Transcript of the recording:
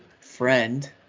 friend